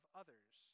others